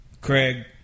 Craig